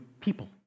people